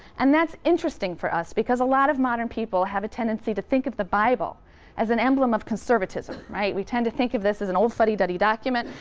and that's interesting for us, because a lot of modern people have a tendency to think of the bible as an emblem of conservatism. right? we tend to think of this as an old fuddy-duddy document,